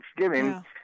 Thanksgiving